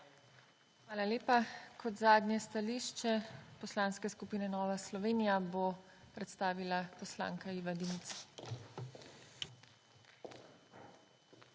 Hvala lepa. Kot zadnje stališče Poslanske skupine NSi, bo predstavila poslanka Iva Dimic.